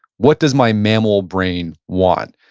what does my mammal brain want?